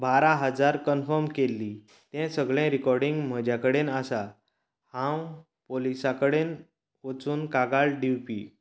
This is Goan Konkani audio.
बारा हजार कन्फर्म केल्ली तें सगलें रिकाॅर्डिंग म्हजे कडेन आसा हांव पोलिसा कडेन वचून कागाळ दिवपी